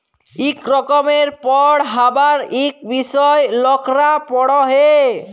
ইক রকমের পড়্হাবার ইক বিষয় লকরা পড়হে